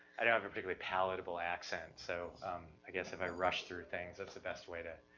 i don't have a particularly palatable accent. so i guess if i rush through things that's the best way to,